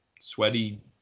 sweaty